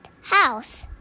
house